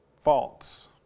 false